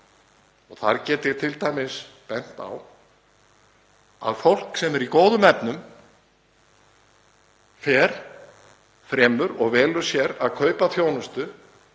Þar get ég bent á að fólk sem er í góðum efnum fer fremur og velur sér að kaupa þjónustu